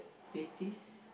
eighties